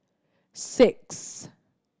six